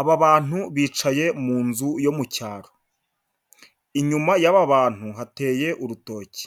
Aba bantu bicaye mu nzu yo mu cyaro, inyuma y'aba bantu hateye urutoki.